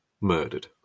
murdered